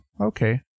okay